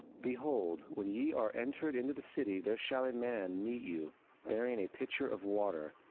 behold, when ye are entered into the city, there shall a man meet you bearing a pitcher of water.